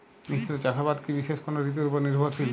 মিশ্র চাষাবাদ কি বিশেষ কোনো ঋতুর ওপর নির্ভরশীল?